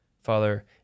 Father